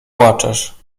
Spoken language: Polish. płaczesz